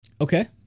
okay